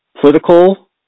political